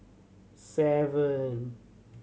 seven